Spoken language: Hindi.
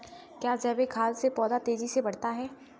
क्या जैविक खाद से पौधा तेजी से बढ़ता है?